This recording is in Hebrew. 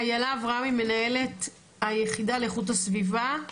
איילה אברהמי מנהלת היחידה לאיכות הסביבה,